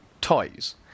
toys